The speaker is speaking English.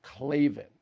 Clavin